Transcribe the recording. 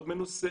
מאוד מנוסה,